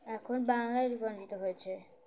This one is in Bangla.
এখন বাংলায় রুপান্তরিত হয়েছে